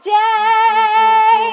day